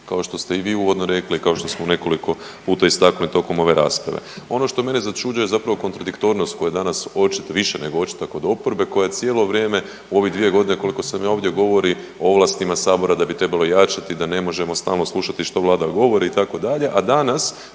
kao što ste i vi uvodno rekli, kao što smo nekoliko puta istaknuli tokom ove rasprave. Ono što mene začuđuje zapravo kontradiktornost koja je danas očito, više nego očita kod oporbe koja cijelo vrijeme u ovih dvije godine koliko sam ja ovdje govori o ovlastima Sabora da bi trebalo jačati, da ne možemo stalno slušati što Vlada govori, itd.,